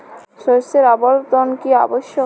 শস্যের আবর্তন কী আবশ্যক?